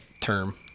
term